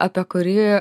apie kurį